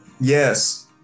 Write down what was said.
Yes